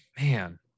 Man